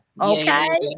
Okay